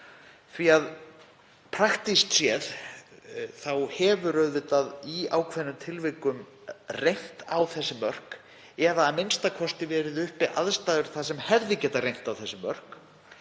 því að praktískt séð þá hefur auðvitað í ákveðnum tilvikum reynt á þessi mörk eða a.m.k. verið uppi aðstæður þar sem hefði getað reynt á þessi mörk.